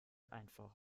einfach